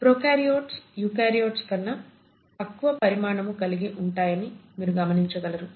prokaryotes eukaryotes కన్నా తక్కువ పరిమాణము కలిగి వుంటాయని మీరు గమనించగలరు